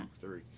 three